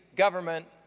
government,